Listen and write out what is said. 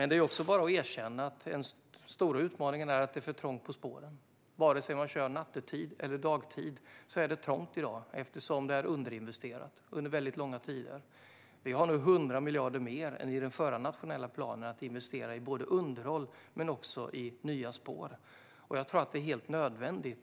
Det är dock bara att erkänna att den stora utmaningen består i att det är för trångt på spåren, vare sig man kör nattetid eller dagtid, eftersom det har varit underinvesterat under lång tid. Vi har nu 100 miljarder mer än i den förra nationella planen att investera i underhåll men också i nya spår.